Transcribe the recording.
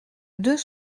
deux